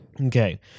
okay